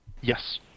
Yes